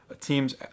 teams